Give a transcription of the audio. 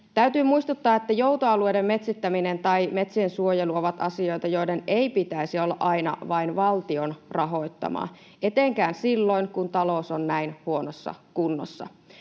Täytyy muistuttaa, että joutoalueiden metsittäminen tai metsien suojelu ovat asioita, joiden ei pitäisi olla aina vain valtion rahoittamaa, etenkään silloin, kun talous on näin huonossa kunnossa.